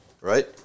right